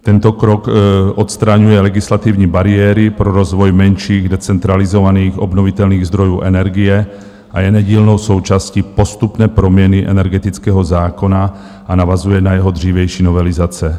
Tento krok odstraňuje legislativní bariéry pro rozvoj menších, decentralizovaných, obnovitelných zdrojů energie, je nedílnou součástí postupné proměny energetického zákona a navazuje na jeho dřívější novelizace.